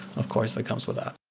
of course, that comes with that.